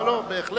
בהחלט.